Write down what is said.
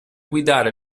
guidare